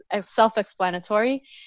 self-explanatory